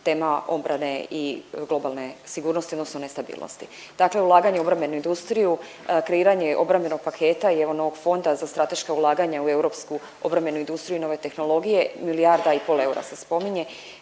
tema obrane i globalne sigurnosti odnosno nestabilnosti. Dakle, ulaganje u obrambenu industriju, kreiranje obrambenog paketa i ovog novog fonda za strateška ulaganja u europsku obrambenu industriju i nove tehnologije milijarda i pol eura se spominje,